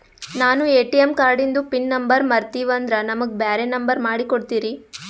ನಾನು ಎ.ಟಿ.ಎಂ ಕಾರ್ಡಿಂದು PIN number ಮರತೀವಂದ್ರ ನಮಗ ಬ್ಯಾರೆ ನಂಬರ್ ಮಾಡಿ ಕೊಡ್ತೀರಿ?